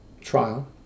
trial